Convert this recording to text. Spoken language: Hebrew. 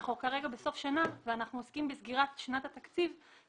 אנחנו כרגע בסוף שנה ואנחנו עוסקים בסגירת שנת התקציב.